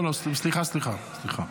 סליחה, סליחה,